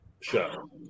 show